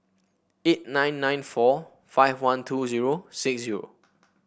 eight nine nine four five one two zero six zero